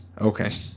Okay